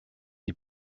die